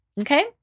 okay